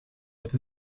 with